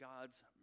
God's